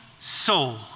soul